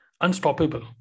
unstoppable